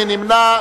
מי נמנע?